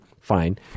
fine